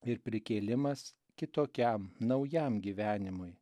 ir prikėlimas kitokiam naujam gyvenimui